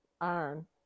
iron